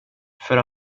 för